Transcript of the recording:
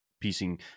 piecing